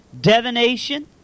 divination